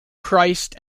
christ